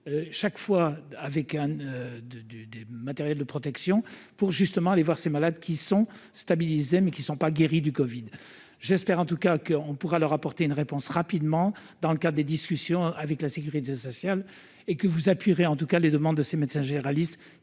chaque fois avec Anne de du du matériel de protection pour justement aller voir ses malades qui sont stabilisés mais qui ne sont pas guéri du Covid, j'espère en tout cas qu'on pourra leur apporter une réponse rapidement dans le cas des discussions avec la sécurité sociale et que vous appuierez en tout cas les demandes de ses médecins généralistes